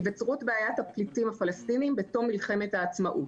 היווצרות בעיית הפליטים הפלסטינים בתום מלחמת העצמאות.